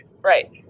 right